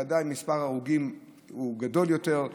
בוודאי מספר ההרוגים שם גדול יותר,